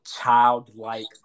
childlike